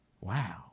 Wow